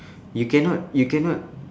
you cannot you cannot